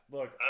Look